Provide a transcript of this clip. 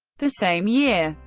the same year,